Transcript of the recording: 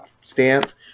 stance